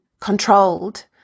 controlled